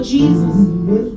Jesus